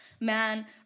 man